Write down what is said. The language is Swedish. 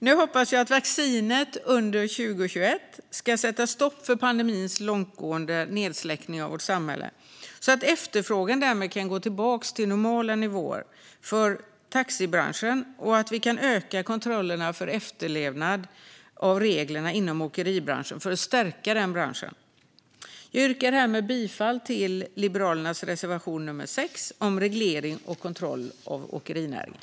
Nu hoppas jag att vaccinet under 2021 ska sätta stopp för pandemins långtgående nedsläckning av vårt samhälle så att efterfrågan därmed kan gå tillbaka till normala nivåer för taxibranschen och att vi kan öka kontrollerna för regelefterlevnaden inom åkeribranschen för att stärka branschen. Jag yrkar härmed bifall till Liberalernas reservation nummer 6 om reglering och kontroll av åkerinäringen.